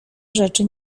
rzeczy